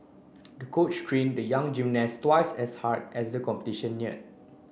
the coach trained the young gymnast twice as hard as the competition neared